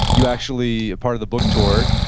you actually, part of the book tour,